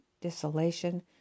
desolation